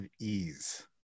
ease